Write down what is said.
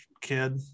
kid